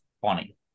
funny